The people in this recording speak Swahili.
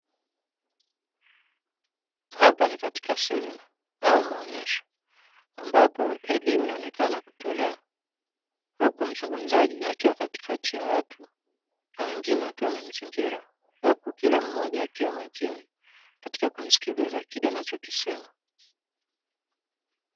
Hapa ni katika semina au maonesho ambapo elimu inaonekana kutolewa. Huku mzungumzaji akiwa katika ya watu na wengine wakiwa wamemzingira. Huku kila mmoja akiwa makini katika kumsikiliza kile anachokisema.